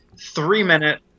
three-minute